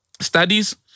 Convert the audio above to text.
studies